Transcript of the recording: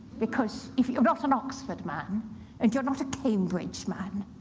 because if you're not an oxford man and you're not a cambridge man,